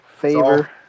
Favor